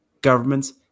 governments